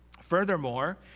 furthermore